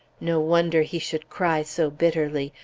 no wonder he should cry so bitterly!